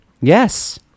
Yes